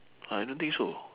I don't think so